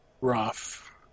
rough